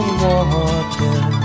water